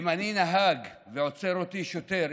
אם אני נהג ועוצר אותי שוטר,